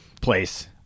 place